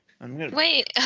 Wait